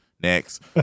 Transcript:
Next